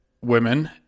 women